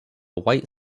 white